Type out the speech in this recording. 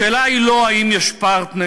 השאלה היא לא האם יש פרטנר,